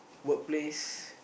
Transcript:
work place